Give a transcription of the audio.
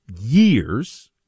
years